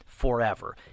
forever